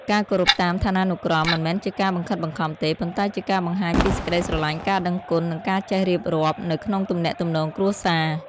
ការគោរពតាមឋានានុក្រម មិនមែនជាការបង្ខិតបង្ខំទេ ប៉ុន្តែជាការបង្ហាញពី សេចក្តីស្រលាញ់ ការដឹងគុណ និងការចេះរៀបរាប់ នៅក្នុងទំនាក់ទំនងគ្រួសារ។